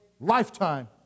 lifetime